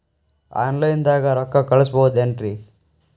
Offline ದಾಗ ರೊಕ್ಕ ಕಳಸಬಹುದೇನ್ರಿ?